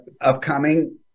upcoming